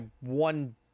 one